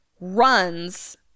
runs